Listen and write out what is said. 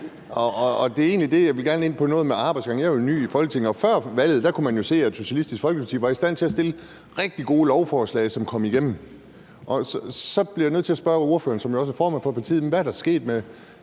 Jeg vil gerne ind på noget med arbejdsgangen. Jeg er jo ny i Folketinget, og før valget kunne man jo se, at Socialistisk Folkeparti var i stand til at fremsætte rigtig gode forslag, som kom igennem. Så bliver jeg nødt til at spørge ordføreren, som jo også er formand for partiet, hvad der er sket med